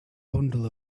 bundle